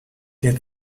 der